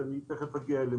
שאני תיכף אגיע אליהם,